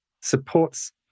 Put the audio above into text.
supports